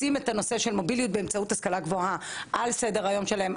לשים את הנושא של המוביליות באמצעות השכלה גבוהה על סדר היום שלהם,